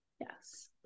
Yes